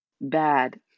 Bad